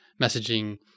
messaging